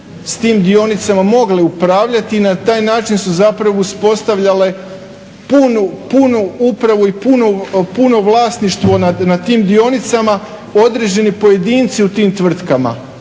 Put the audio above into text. s tim dionicama mogle upravljati i na taj način su zapravo uspostavljale punu upravu i puno vlasništvo nad tim dionicima određeni pojedinci u tim tvrtkama,